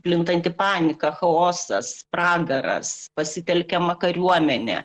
plintanti panika chaosas pragaras pasitelkiama kariuomenė